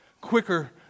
quicker